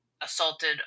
assaulted